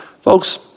Folks